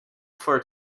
for